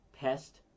Pest